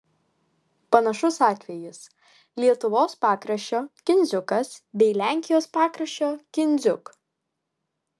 panašus atvejis lietuvos pakraščio kindziukas bei lenkijos pakraščio kindziuk